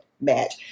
match